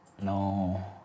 No